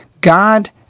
God